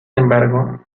embargo